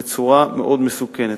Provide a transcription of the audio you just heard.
בצורה מאוד מסוכנת.